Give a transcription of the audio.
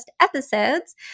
episodes